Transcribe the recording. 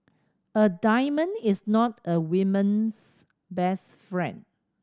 a diamond is not a woman's best friend